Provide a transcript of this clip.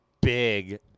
big